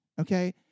Okay